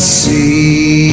see